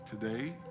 Today